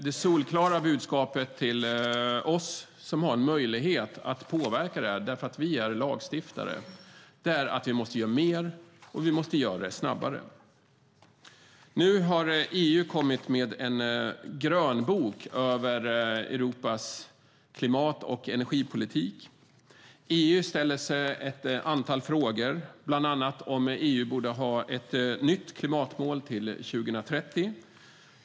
Det solklara budskapet till oss som har möjlighet att påverka därför att vi är lagstiftare är att vi måste göra mer och göra det snabbare. EU har kommit med en grönbok över EU:s klimat och energipolitik. EU ställer sig ett antal frågor, bland annat om EU borde ha ett nytt klimatmål till 2030.